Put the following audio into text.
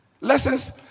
Lessons